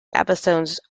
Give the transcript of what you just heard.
episodes